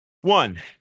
One